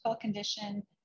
condition